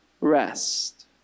rest